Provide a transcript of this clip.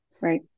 Right